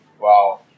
Wow